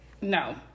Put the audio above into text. No